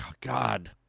God